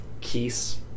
keys